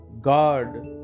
God